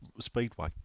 Speedway